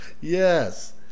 Yes